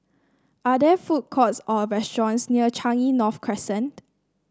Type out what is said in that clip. are there food courts or restaurants near Changi North Crescent